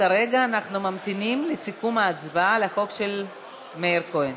כרגע אנחנו ממתינים לסיכום ההצבעה על הצעת החוק של מאיר כהן.